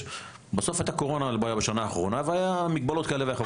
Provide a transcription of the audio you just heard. היתה קורונה בשנה האחרונה והיו מגבלות כאלה ואחרות.